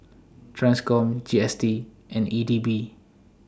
TRANSCOM G S T and E D B